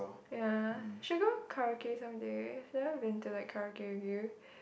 ya should go karaoke someday never been to like karaoke with you